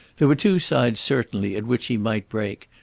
there were two sides certainly at which he might break,